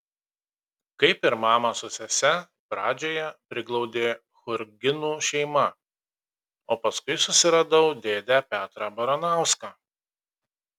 kaip ir mamą su sese pradžioje priglaudė churginų šeima o paskui susiradau dėdę petrą baranauską